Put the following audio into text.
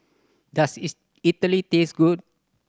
does it Idili taste good